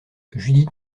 judith